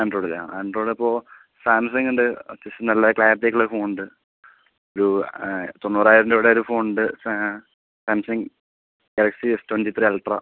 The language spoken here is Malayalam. ആൻഡ്രോയ്ഡിലാണ് ആ ആൻഡ്രോയ്ഡിലപ്പോൾ സാംസങ്ങുണ്ട് അത്യാവശ്യം നല്ല ക്ലാരിറ്റിയൊക്കെയുള്ള ഫോണുണ്ട് ഒരു തൊണ്ണൂറായിരം രൂപയുടെയൊരു ഫോണുണ്ട് Samsung galaxy S twenty three ultra